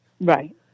Right